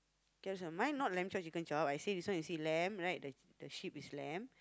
mine not lamb chop chicken chop I say this one you see lamb right the the sheep is lamb